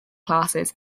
classes